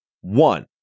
One